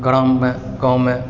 ग्राममे गाँवमे